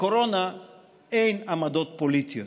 לקורונה אין עמדות פוליטיות,